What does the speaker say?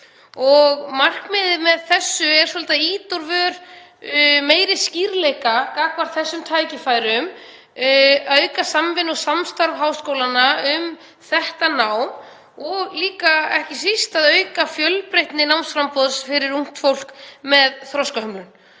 Markmiðið með þessu er svolítið að ýta úr vör meiri skýrleika gagnvart þessum tækifærum, auka samvinnu og samstarf háskólanna um þetta nám og ekki síst að auka fjölbreytni námsframboðs fyrir ungt fólk með þroskahömlun.